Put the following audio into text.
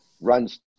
runs